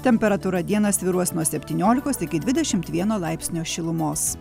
temperatūra dieną svyruos nuo septyniolikos iki dvidešimt vieno laipsnio šilumos